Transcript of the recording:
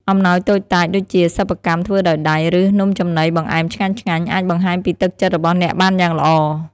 អំណោយតូចតាច ដូចជាសិប្បកម្មធ្វើដោយដៃ ឬ នំចំណីបង្អែមឆ្ងាញ់ៗ អាចបង្ហាញពីទឹកចិត្តរបស់អ្នកបានយ៉ាងល្អ។